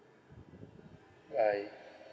bye